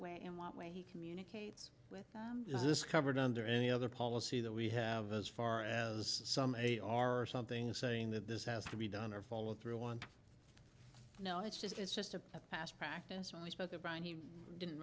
way in what way he communicates with this covered under any other policy that we have as far as some eight are or something saying that this has to be done or follow through on no it's just it's just a past practice when we spoke of brian he didn't